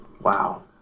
Wow